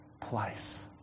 place